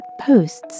posts